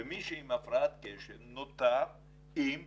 ומי שעם הפרעת קשב נותר עם כלום.